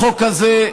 החוק הזה,